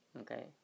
Okay